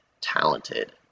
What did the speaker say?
talented